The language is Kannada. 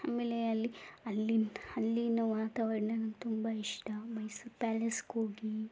ಆಮೇಲೆ ಅಲ್ಲಿ ಅಲ್ಲಿ ಅಲ್ಲಿನ ವಾತಾವರಣ ನನ್ಗೆ ತುಂಬ ಇಷ್ಟ ಮೈಸೂರು ಪ್ಯಾಲೇಸ್ಗೋಗಿ